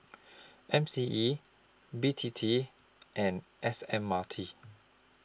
M C E B T T and S M R T